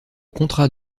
contrat